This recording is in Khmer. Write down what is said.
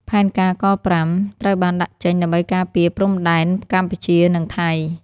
ផែនការ ក-៥" ត្រូវបានដាក់ចេញដើម្បីការពារព្រំដែនកម្ពុជា-ថៃ។